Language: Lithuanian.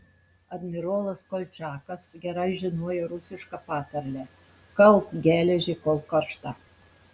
admirolas kolčiakas gerai žinojo rusišką patarlę kalk geležį kol karšta